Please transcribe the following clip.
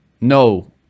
No